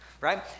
right